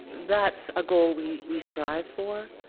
that's a goal we we strive for.